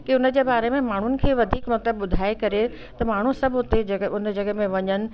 की हुन जे बारे में माण्हुनि खे वधीक मतिलबु ॿुधाए करे त माण्हू सभु हुते जॻहि हुन जे जॻहि में वञनि